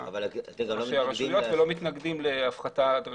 ראשי הרשויות ולא מתנגדים להפחתה הדרגתית,